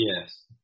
Yes